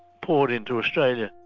poured into australia.